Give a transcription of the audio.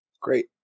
Great